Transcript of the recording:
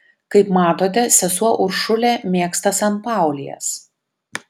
kaip matote sesuo uršulė mėgsta sanpaulijas